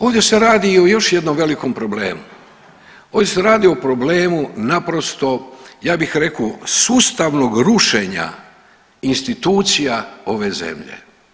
Ovdje se radi o još jednom velikom problemu, ovdje se radi o problemu naprosto, ja bih rekao sustavnog rušenja institucija ove zemlje.